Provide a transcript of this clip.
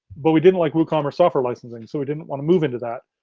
but we didn't like woocommerce software licensing, so we didn't want to move into that.